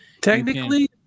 Technically